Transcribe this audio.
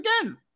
again